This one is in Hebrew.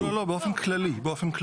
לא לא באופן כללי.